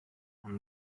and